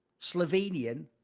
slovenian